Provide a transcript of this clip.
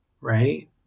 right